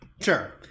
Sure